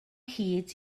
hyd